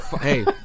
Hey